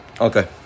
Okay